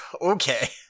Okay